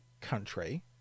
country